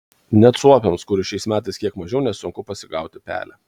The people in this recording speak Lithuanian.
net suopiams kurių šiais metais kiek mažiau nesunku pasigauti pelę